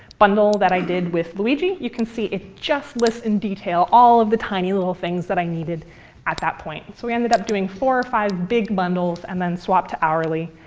bundle that i did with luigi. you can see it just lists in detail all of the tiny little things that i needed at that point. so we ended up doing four or five big bundles and then swapped to hourly.